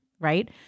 Right